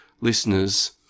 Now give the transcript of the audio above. listeners